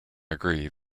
agree